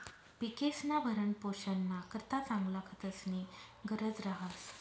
पिकेस्ना भरणपोषणना करता चांगला खतस्नी गरज रहास